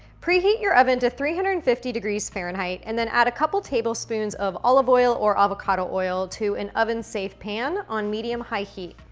preheat your oven to three hundred and fifty degrees fahrenheit, and then add a couple tablespoons of olive oil or avocado oil to an oven-safe pan on medium high heat.